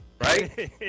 right